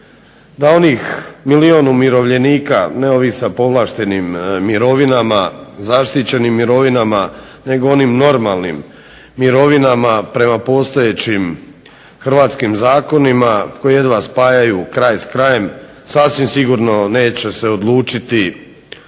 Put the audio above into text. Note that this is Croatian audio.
Da onih milijun umirovljenika ne ovih sa povlaštenim mirovina, zaštićenim mirovinama nego onim normalnim mirovinama prema postojećim hrvatskim zakonima koji jedva spajaju kraj s krajem sasvim sigurno neće se odlučiti da